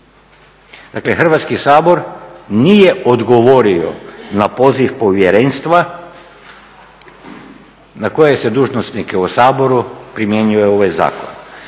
Dakle, Hrvatski sabor nije odgovorio na poziv Povjerenstva na koje se dužnosnike u Saboru primjenjuje ovaj zakon.